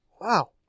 Wow